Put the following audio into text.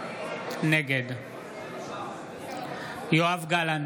נגד יואב גלנט,